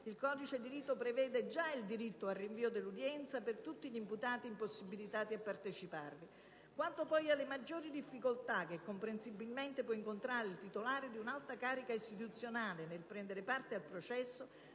il codice di rito prevede già il diritto al rinvio dell'udienza per tutti gli imputati impossibilitati a parteciparvi. Quanto poi alle maggiori difficoltà che comprensibilmente può incontrare il titolare di un'alta carica istituzionale nel prendere parte al processo,